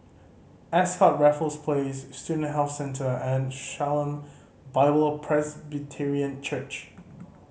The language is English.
Ascott Raffles Place Student Health Centre and Shalom Bible Presbyterian Church